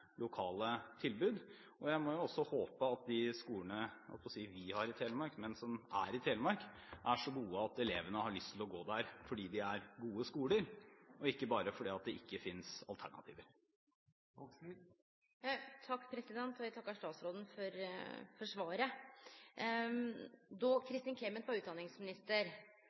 lokale tilbud. Jeg må jo håpe at de skolene som – vi har i Telemark, holdt jeg på å si – er i Telemark, er så gode at elevene har lyst til å gå der fordi det er gode skoler, og ikke bare fordi det ikke finnes alternativer. Eg takkar statsråden for svaret. Då Kristin Clemet var utdanningsminister,